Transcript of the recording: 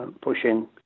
pushing